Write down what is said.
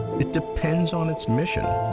it depends on its mission.